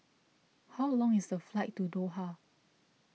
how long is the flight to Doha